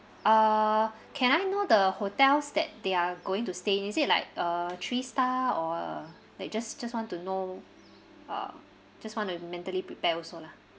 uh can I know the hotels that they're going to stay is it like uh three star or a they just just want to know uh just want to mentally prepare also lah